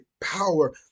power